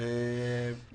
כשבאתם לפה,